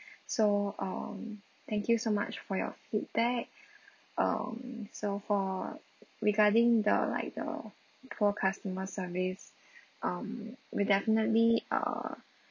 so um thank you so much for your feedback um so for regarding the like the poor customer service um we definitely err